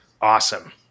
awesome